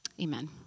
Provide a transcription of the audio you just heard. Amen